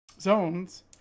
zones